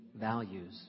Values